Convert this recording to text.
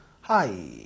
hi